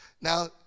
Now